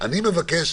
אני מבקש,